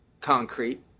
concrete